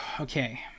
Okay